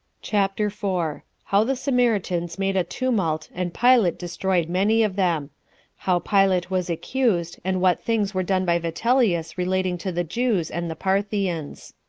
chapter four. how the samaritans made a tumult and pilate destroyed many of them how pilate was accused and what things were done by vitellius relating to the jews and the parthians.